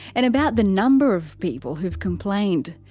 and about the number of people who've complained.